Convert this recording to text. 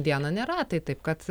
dieną nėra tai taip kad